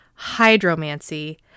hydromancy